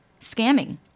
scamming